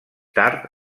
tard